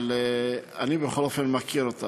אבל אני בכל אופן מכיר אותה,